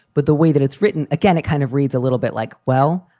but the way that it's written, again, it kind of reads a little bit like, well,